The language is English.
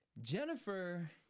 Jennifer